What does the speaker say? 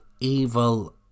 evil